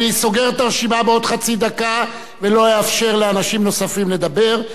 אני סוגר את הרשימה בעוד חצי דקה ולא אאפשר לאנשים נוספים לדבר.